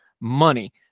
money